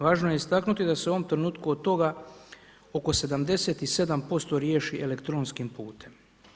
Važno je istaknuti da se u ovom trenutku od toga oko 77% riješi elektronskim putem.